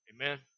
Amen